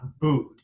booed